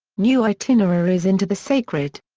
new itineraries into the sacred.